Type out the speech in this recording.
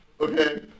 Okay